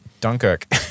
Dunkirk